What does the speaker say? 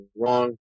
wrong